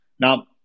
now